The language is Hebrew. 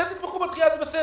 אתם תתמכו בדחייה זה בסדר,